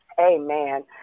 Amen